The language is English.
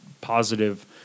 positive